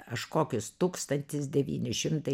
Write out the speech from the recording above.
aš kokius tūkstantis devyni šimtai